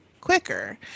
quicker